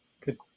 Good